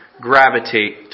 gravitate